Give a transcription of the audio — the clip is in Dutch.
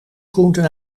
groenten